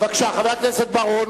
חבר הכנסת בר-און,